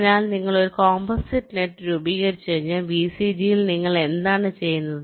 അതിനാൽ നിങ്ങൾ ഒരു കോമ്പോസിറ്റ് നെറ്റ് രൂപീകരിച്ചുകഴിഞ്ഞാൽ വിസിജിയിൽ നിങ്ങൾ എന്താണ് ചെയ്യുന്നത്